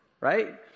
right